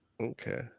Okay